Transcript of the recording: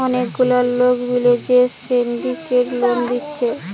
অনেক গুলা লোক মিলে যে সিন্ডিকেট লোন দিচ্ছে